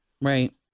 right